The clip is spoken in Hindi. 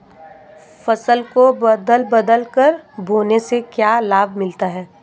फसल को बदल बदल कर बोने से क्या लाभ मिलता है?